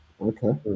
okay